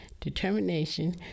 determination